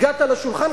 הגעת לשולחן,